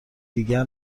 دیگر